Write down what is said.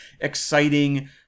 exciting